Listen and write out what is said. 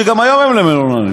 שגם היום הם מיועדים,